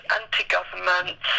anti-government